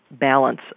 balance